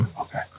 Okay